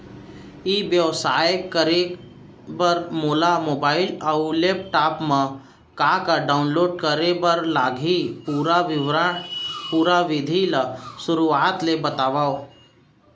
ई व्यवसाय करे बर मोला मोबाइल अऊ लैपटॉप मा का का डाऊनलोड करे बर लागही, पुरा विधि ला शुरुआत ले बतावव?